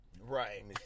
right